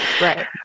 Right